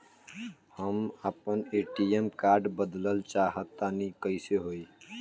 हम आपन ATM card बदलल चाह तनि कइसे होई?